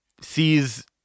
sees